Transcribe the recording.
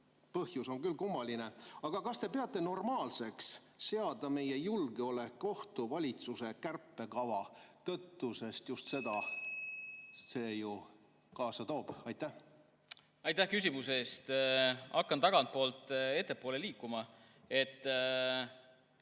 põhjus on küll kummaline. Aga kas te peate normaalseks seada meie julgeolek ohtu valitsuse kärpekava tõttu? Just seda see ju kaasa toob. Aitäh küsimuse eest! Hakkan tagantpoolt ettepoole liikuma.